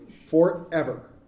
forever